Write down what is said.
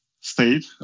state